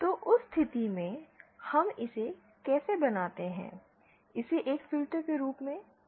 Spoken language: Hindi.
तो उस स्थिति में हम इसे कैसे बनाते हैं इसे एक फिल्टर के रूप में उपयोग करें